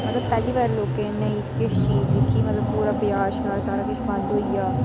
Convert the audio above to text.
पैह्ली बार लोकें नेईं किश चीज दिक्खी मतलब पूरा बजार शजार सारा बंद होई गेआ